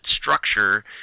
structure